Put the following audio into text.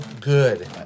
good